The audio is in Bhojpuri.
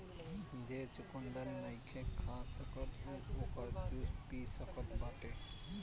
जे चुकंदर नईखे खा सकत उ ओकर जूस पी सकत बाटे